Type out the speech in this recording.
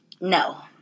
No